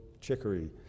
chicory